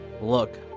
look